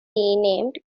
renamed